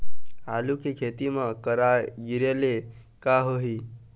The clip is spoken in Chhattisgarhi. आलू के खेती म करा गिरेले का होही?